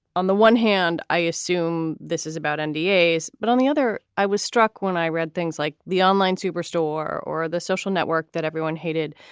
on the one hand, i assume this is about and d a s, but on the other i was struck when i read things like the online superstore or the social network that everyone hated.